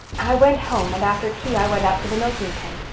i went home and after tea i went out to the milking pen.